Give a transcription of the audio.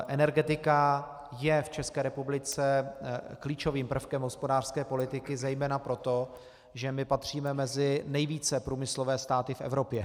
Energetika je v České republice klíčovým prvkem hospodářské politiky zejména proto, že patříme mezi nejvíce průmyslové státy v Evropě.